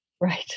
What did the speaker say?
right